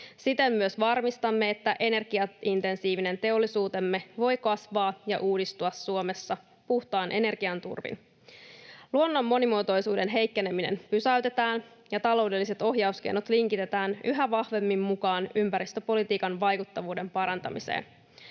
Siten myös varmistamme, että energiaintensiivinen teollisuutemme voi kasvaa ja uudistua Suomessa puhtaan energian turvin. Luonnon monimuotoisuuden heikkeneminen pysäytetään ja taloudelliset ohjauskeinot linkitetään yhä vahvemmin mukaan ympäristöpolitiikan vaikuttavuuden parantamiseen.